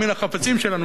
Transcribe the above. מכלי המיטה שלנו,